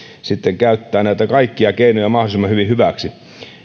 sitten käyttää näitä kaikkia keinoja mahdollisimman hyvin hyväksi